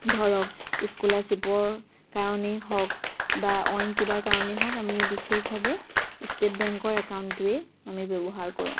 ধৰক স্কলাৰশ্বিপৰ কাৰণেই হওক বা অইন কিবা কাৰণেই হওক আমি বিশেষভাৱে ষ্টেট বেংকৰ একাউণ্টটোৱেই আমি ব্যৱহাৰ কৰোঁ